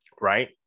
right